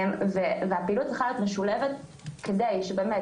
הפעילות צריכה להיות משולבת כדי שבאמת